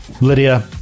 Lydia